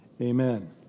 Amen